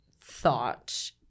thought